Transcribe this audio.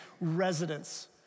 residents